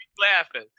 laughing